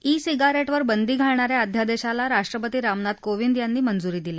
E सिगारेटवर बंदी घालणा या अध्यादेशाला राष्ट्रपती रामनाथ कोविंद यांनी मंजुरी दिली